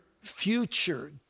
future